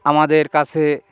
আমদের কাছে